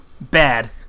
Bad